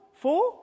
Four